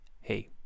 Hey